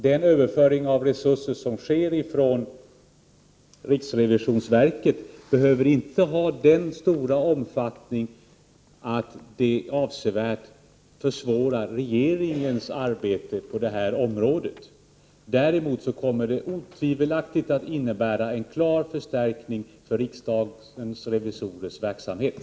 Den överföring av resurser som sker från riksrevisionsverket behöver inte ha så stor omfattning att det avsevärt försvårar regeringens arbete på detta område. Däremot kommer det otvivelaktigt att innebära en klar förstärkning för riksdagens revisorers verksamhet.